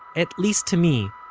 at least to me,